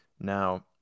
now